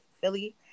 philly